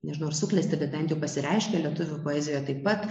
nežinau ar suklesti bet bent jau pasireiškia lietuvių poezijoje taip pat